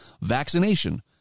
Vaccination